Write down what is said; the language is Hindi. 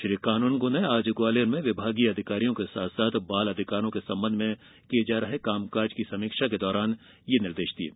श्री कानूनगो ने आज ग्वालियर में विभागीय अधिकारियों के साथ बाल अधिकारो के संबंध में किये जा रहे कामकाज की समीक्षा के दौरान यह निर्देश दिये